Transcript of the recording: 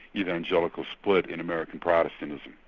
evangelical split in american protestantism.